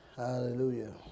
Hallelujah